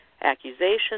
accusations